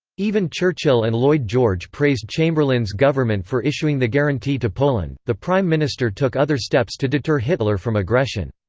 even churchill and lloyd george praised chamberlain's government for issuing the guarantee to poland the prime minister took other steps to deter hitler from aggression.